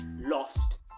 lost